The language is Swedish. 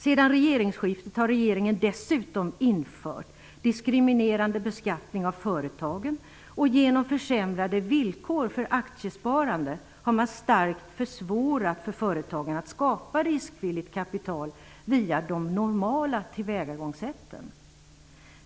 Sedan regeringsskiftet har regeringen dessutom infört diskriminerande beskattning av företagen, och genom försämrade villkor för aktiesparande har man starkt försvårat för företagen att skapa riskvilligt kapital via de normala tillvägagångssätten.